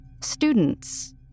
students